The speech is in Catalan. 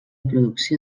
producció